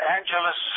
Angeles